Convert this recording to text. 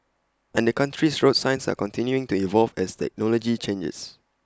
and the country's road signs are continuing to evolve as technology changes